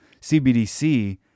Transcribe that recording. CBDC